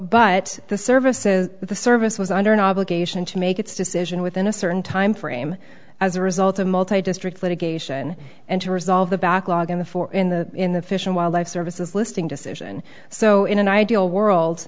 but the service says the service was under an obligation to make its decision within a certain time frame as a result of multi district litigation and to resolve the backlog in the four in the in the fish and wildlife services listing decision so in an ideal world